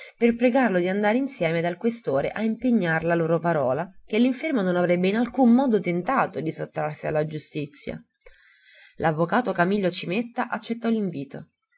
per pregarlo di andare insieme dal questore a impegnar la loro parola che l'infermo non avrebbe in alcun modo tentato di sottrarsi alla giustizia l'avvocato camillo cimetta accettò